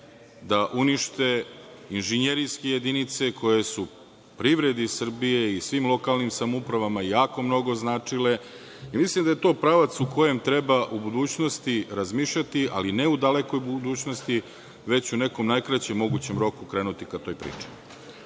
da unište inžinjerijske jedinice koje su privredi Srbije i svim lokalnim samoupravama jako mnogo značile. Mislim da je to pravac u kojem treba u budućnosti razmišljati, ali ne u dalekoj budućnosti, već u nekom najkraćem mogućem roku krenuti ka toj